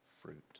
fruit